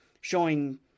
showing